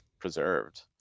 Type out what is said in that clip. preserved